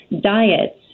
diets